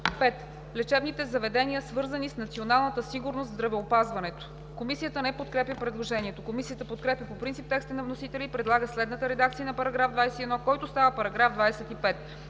„5. лечебните заведения, свързани с националната сигурност в здравеопазването;“ Комисията не подкрепя предложението. Комисията подкрепя по принцип текста на вносителя и предлага следната редакция на § 21, който става § 25: „§ 25.